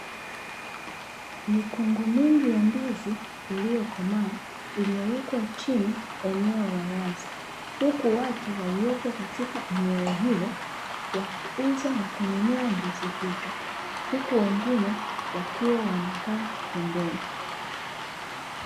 Mikungu mingi ya ndizi ilyokoma imewekwa chini eneo la wazi, huku watu walioko katika eneo hilo wakiuza na kununua ndizi hizo, huku wengine wakiwa wamekaa pembeni.